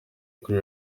kuri